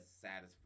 satisfied